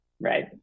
Right